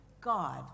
God